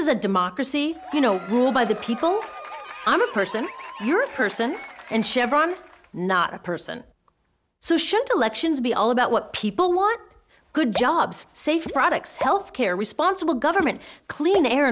is a democracy you know rule by the people i'm a person you're a person and chevron not a person so shouldn't elections be all about what people want good jobs safe products health care responsible government clean air